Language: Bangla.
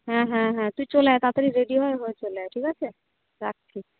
হ্যাঁ হ্যাঁ হ্যাঁ তুই চলে আয় তাড়াতাড়ি রেডি হয়ে হয়ে চলে আয় ঠিক আছে রাখছি